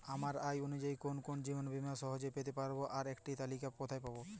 আমার আয় অনুযায়ী কোন কোন জীবন বীমা সহজে পেতে পারব তার একটি তালিকা কোথায় পাবো?